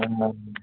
ओम